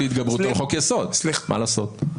התגברות על חוק יסוד, מה לעשות?